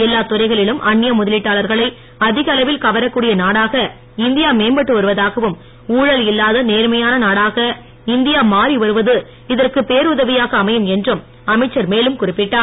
எல்லாத் துறைகளிலும் அன்னிய முதலீட்டாளர்களை அதிக அளவில் கவரக்கூடிய நாடாக இந்தியா மேம்பட்டு வருவதாகவும் ஊழல் இல்லாத நேர்மையான நாடாக இந்தியா மாறி வருவது இதற்கு பேருதவியாக அமையும் என்றும் அமைச்சர் மேலும் குறிப்பிட்டார்